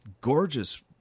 gorgeous